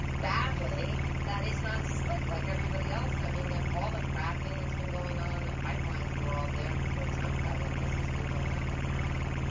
badly, that he's not slick, like everybody else. i mean, all the fracking that's been going on, the pipelines were all there before trump got in. this has been going on. but now,